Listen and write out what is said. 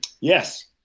Yes